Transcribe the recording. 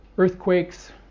earthquakes